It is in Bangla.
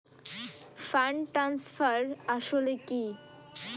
ফান্ড ট্রান্সফার আসলে কী?